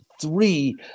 three